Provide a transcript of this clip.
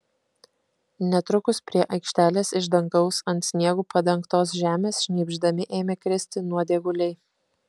netrukus prie aikštelės iš dangaus ant sniegu padengtos žemės šnypšdami ėmė kristi nuodėguliai